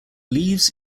leaves